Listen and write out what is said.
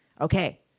Okay